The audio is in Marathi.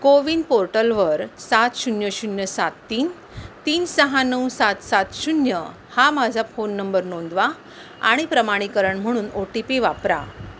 कोविन पोर्टलवर सात शून्य शून्य सात तीन तीन सहा नऊ सात सात शून्य हा माझा फोन नंबर नोंदवा आणि प्रमाणीकरण म्हणून ओ टी पी वापरा